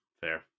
Fair